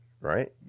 right